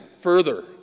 further